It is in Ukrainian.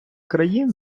країн